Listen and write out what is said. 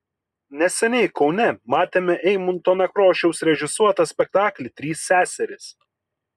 neseniai kaune matėme eimunto nekrošiaus režisuotą spektaklį trys seserys